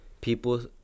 people